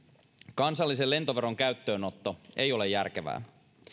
kansallisen lentoveron käyttöönotto ei ole järkevää